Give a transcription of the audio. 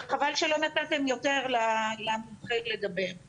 מקטעים של מינהור ויש עשרות פרויקטים קטנים בתוך פרויקט אחד שנקרא הקו